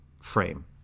frame